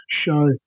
show